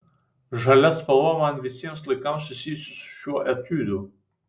žalia spalva man visiems laikams susijusi su šiuo etiudu